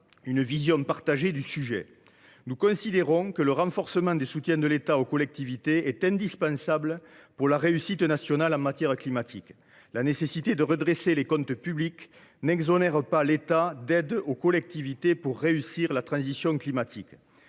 une vision partagée du sujet. Nous considérons que le renforcement des soutiens de l’État aux collectivités est indispensable pour la réussite nationale en matière climatique. La nécessité de redresser les comptes publics n’exonère pas l’État d’aider les collectivités pour réussir la transition climatique.